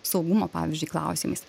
saugumo pavyzdžiui klausimais